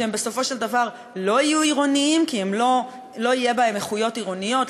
שהם בסופו של דבר לא יהיו עירוניים כי לא יהיו בהם איכויות עירוניות,